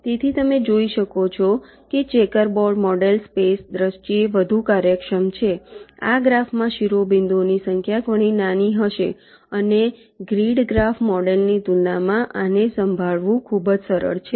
તેથી તમે જોઈ શકો છો કે ચેકર બોર્ડ મોડેલ સ્પેસ દ્રષ્ટિ એ વધુ કાર્યક્ષમ છે આ ગ્રાફમાં શિરોબિંદુઓની સંખ્યા ઘણી નાની હશે અને ગ્રીડ ગ્રાફ મોડેલની તુલનામાં આને સંભાળવું ખૂબ જ સરળ છે